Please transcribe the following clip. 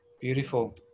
Beautiful